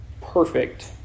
perfect